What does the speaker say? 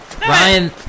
Ryan